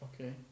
okay